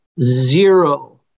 zero